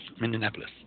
Minneapolis